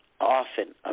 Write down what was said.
often